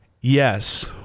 Yes